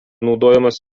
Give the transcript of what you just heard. naudojamas